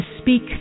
speak